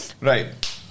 Right